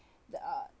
the uh